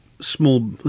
small